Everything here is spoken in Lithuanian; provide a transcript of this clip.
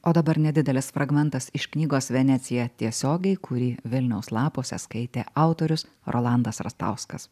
o dabar nedidelis fragmentas iš knygos venecija tiesiogiai kurį vilniaus lapuose skaitė autorius rolandas rastauskas